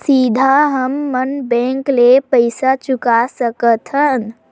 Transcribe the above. सीधा हम मन बैंक ले पईसा चुका सकत हन का?